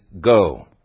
go